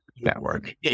network